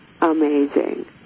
Amazing